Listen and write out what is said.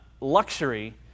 luxury